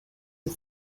and